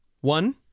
one